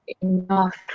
enough